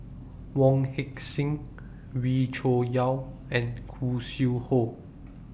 Wong Heck Sing Wee Cho Yaw and Khoo Sui Hoe